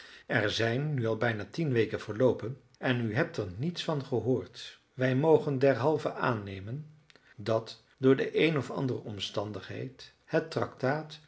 er zijn nu bijna tien weken verloopen en u hebt er niets van gehoord wij mogen derhalve aannemen dat door de een of andere omstandigheid het